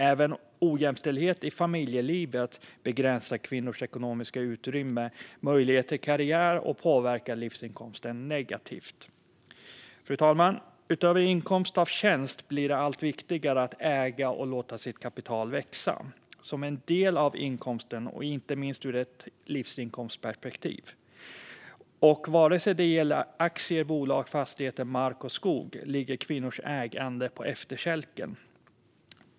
Även ojämställdhet i familjelivet begränsar kvinnors ekonomiska utrymme och möjlighet till karriär och påverkar livsinkomsten negativt. Fru talman! Utöver inkomst av tjänst blir det allt viktigare att äga och låta sitt kapital växa som en del av inkomsten och inte minst ur ett livsinkomstperspektiv. Oavsett om det gäller aktier, bolag, fastigheter, mark eller skog ligger kvinnors ägande på efterkälken.